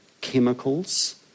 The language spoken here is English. chemicals